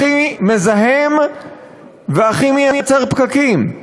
הכי מזהם והכי מייצר פקקים.